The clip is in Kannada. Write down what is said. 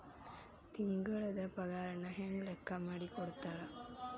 ತಿಂಗಳದ್ ಪಾಗಾರನ ಹೆಂಗ್ ಲೆಕ್ಕಾ ಮಾಡಿ ಕೊಡ್ತಾರಾ